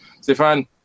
Stefan